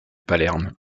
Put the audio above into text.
palerme